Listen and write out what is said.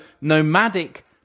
nomadic